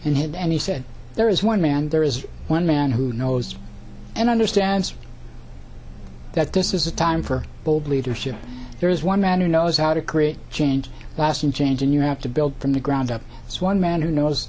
had and he said there is one man there is one man who knows and understands that this is a time for bold leadership there is one man who knows how to create change lasting change and you have to build from the ground up as one man who knows